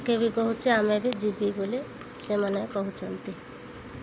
କିଏ ବି କହୁଛି ଆମେ ବି ଯିବି ବୋଲି ସେମାନେ କହୁଛନ୍ତି